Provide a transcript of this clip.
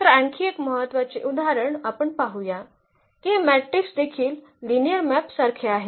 तर आणखी एक महत्त्वाचे उदाहरण आपण पाहुया की हे मॅट्रिक्स देखील लिनिअर मॅप सारखे आहेत